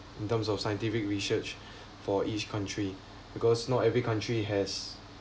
in terms of scientific research for each country because not every country has